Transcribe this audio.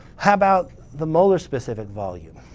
how about the molar specific volume?